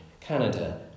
Canada